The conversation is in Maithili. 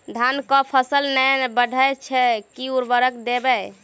धान कऽ फसल नै बढ़य छै केँ उर्वरक देबै?